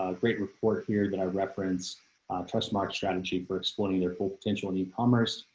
great report here that i reference trust mark strategy for exploiting their full potential and e commerce,